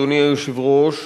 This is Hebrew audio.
אדוני היושב-ראש,